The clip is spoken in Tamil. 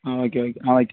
ah okay okay ah okay